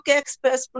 express